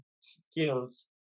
skills